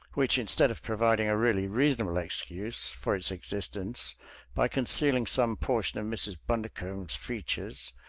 which, instead of providing a really reasonable excuse for its existence by concealing some portion of mrs. bundercombe's features,